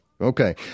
Okay